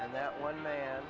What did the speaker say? and that one man